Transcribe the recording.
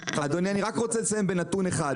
אדוני, אני רק רוצה לסיים בנתון אחד.